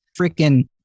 freaking